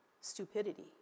stupidity